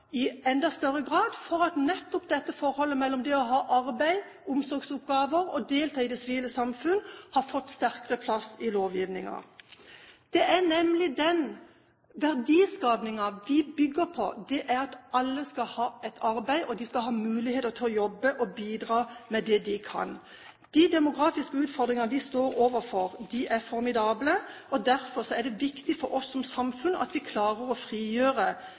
i enda større grad for at nettopp forholdet mellom det å ha arbeid, omsorgsoppgaver og delta i det sivile samfunn, har fått sterkere plass i lovgivningen. Det er nemlig den verdiskapingen vi bygger på: Alle skal ha et arbeid, og de skal ha muligheter til å jobbe og bidra med det de kan. De demokratiske utfordringene vi står overfor, er formidable. Derfor er det viktig for oss som samfunn at vi klarer å frigjøre